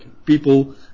people